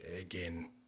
again